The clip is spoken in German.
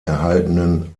erhaltenen